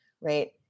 right